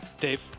Dave